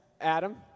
Adam